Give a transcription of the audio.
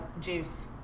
Juice